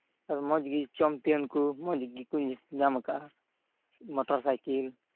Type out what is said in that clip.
ᱢᱚᱡᱽ ᱜᱮ ᱪᱟᱢᱯᱤᱭᱚᱱ ᱠᱚ ᱢᱚᱡᱽ ᱜᱮᱠᱚ ᱧᱟᱢ ᱟᱠᱟᱜᱼᱟ ᱢᱚᱴᱚᱨ ᱥᱟᱭᱠᱮᱹᱞ